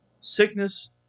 sickness